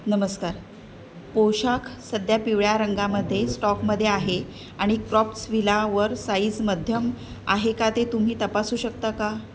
नमस्कार पोशाख सध्या पिवळ्या रंगामध्ये स्टॉकमध्ये आहे आणि क्रॉप्ट्सविलावर साईज मध्यम आहे का ते तुम्ही तपासू शकता का